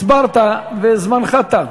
הסברת, וזמנך תם.